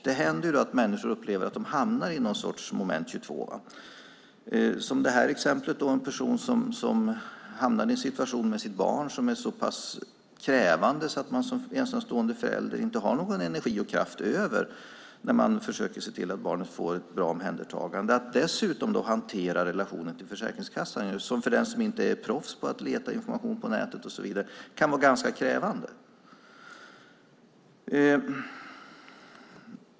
Det händer då att människor upplever att de hamnar i någon sorts moment 22. Det här exemplet handlar om en person som hamnar i en situation med sitt barn som är så pass krävande att man som ensamstående förälder inte har någon energi och kraft över när man försöker se till att barnet får ett bra omhändertagande. Att dessutom hantera relationen till Försäkringskassan kan för den som inte är proffs på att leta information på nätet vara ganska krävande.